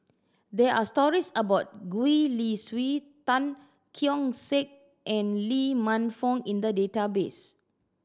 there are stories about Gwee Li Sui Tan Keong Saik and Lee Man Fong in the database